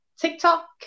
TikTok